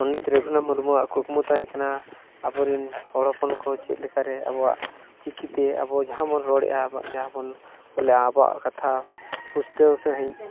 ᱯᱚᱸᱰᱤᱛ ᱨᱚᱜᱷᱩᱱᱟᱛᱷ ᱢᱩᱨᱢᱩᱣᱟᱜ ᱠᱩᱠᱢᱩ ᱛᱟᱦᱮᱸ ᱠᱟᱱᱟ ᱟᱵᱚ ᱨᱮᱱ ᱦᱚᱲ ᱦᱚᱯᱚᱱ ᱠᱚ ᱪᱮᱫ ᱞᱮᱠᱟᱨᱮ ᱟᱵᱚᱣᱟᱜ ᱪᱤᱠᱤᱛᱮ ᱟᱵᱚ ᱡᱟᱦᱟᱸ ᱵᱚᱱ ᱨᱚᱲᱮᱫᱼᱟ ᱟᱵᱚᱣᱟᱜ ᱡᱟᱦᱟᱸ ᱵᱚᱱ ᱟᱵᱚᱣᱟᱜ ᱠᱟᱛᱷᱟ ᱯᱩᱥᱴᱟᱹᱣ ᱥᱟᱹᱦᱤᱡ